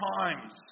times